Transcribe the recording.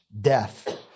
death